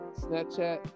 snapchat